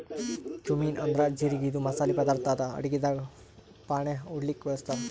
cumin ಅಂದ್ರ ಜಿರಗಿ ಇದು ಮಸಾಲಿ ಪದಾರ್ಥ್ ಅದಾ ಅಡಗಿದಾಗ್ ಫಾಣೆ ಹೊಡ್ಲಿಕ್ ಬಳಸ್ತಾರ್